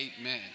amen